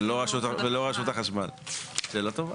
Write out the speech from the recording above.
ולא רשות החשמל שאלה טובה.